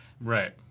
Right